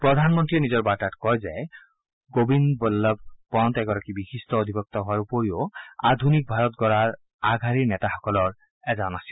প্ৰধানমন্ত্ৰীয়ে তেওঁৰ বাৰ্তাত কয় যে গোবিন্দ বল্লভ পণ্ট এগৰাকী বিশিষ্ট অধিবক্তা হোৱাৰ উপৰিও আধূনিক ভাৰত গঢ়াৰ আগশাৰীৰ নেতাসকলৰ এজন আছিল